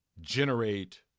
generate